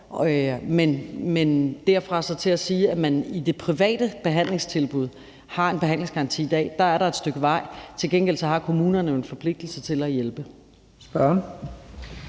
Men derfra og så til at sige, at der i det private behandlingstilbud er en behandlingsgaranti i dag, er der et stykke vej. Til gengæld har kommunerne en forpligtelse til at hjælpe.